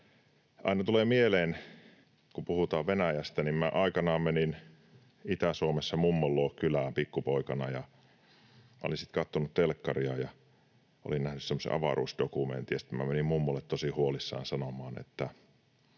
Aina tulee mieleen, kun puhutaan Venäjästä, se, kun minä aikanaan menin Itä-Suomessa mummon luo kylään pikkupoikana. Olin sitten katsonut telkkaria ja olin nähnyt semmoisen avaruusdokumentin, ja sitten menin mummolle tosi huolissani sanomaan, että